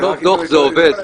לכתוב דוח זה עובד,